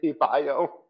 Bio